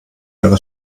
wäre